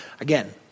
Again